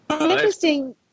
interesting